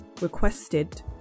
requested